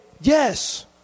yes